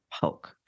poke